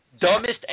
dumbest